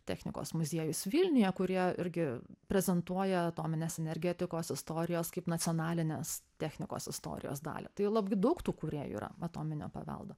technikos muziejus vilniuje kurie irgi prezentuoja atominės energetikos istorijos kaip nacionalinės technikos istorijos dalį tai labai daug tų kurie yra atominio paveldo